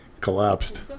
Collapsed